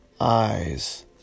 eyes